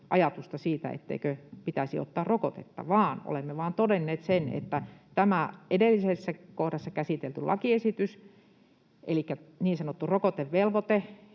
ajatusta siitä, etteikö pitäisi ottaa rokotetta, vaan olemme vain todenneet sen, että tätä edellisessä kohdassa käsiteltyä lakiesitystä elikkä niin sanottua rokotevelvoitetta,